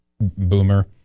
Boomer